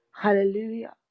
Hallelujah